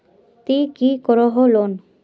ती की करोहो लोन?